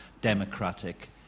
democratic